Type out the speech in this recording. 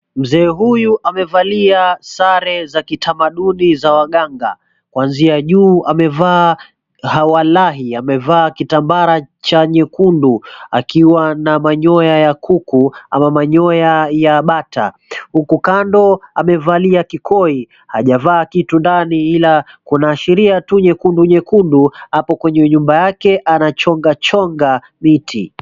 Mzee huyu amevalia sare za kitamaduni za waganga. Kuanzia juu amevaa hawalawahi, amevaa kitambara cha nyekundu akiwa na manyoya ya kuku ama manyoya ya bata. Huku kando amevalia kikoi, hajavaa kitu ndani ila kunaashiria tu nyekundu nyekundu. Hapo kwenye nyumba yake anachonga chonga miti.